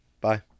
Bye